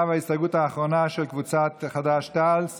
עכשיו ההסתייגות האחרונה של קבוצת חד"ש-תע"ל,